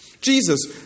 Jesus